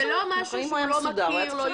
זה לא משהו שהוא לא מודע.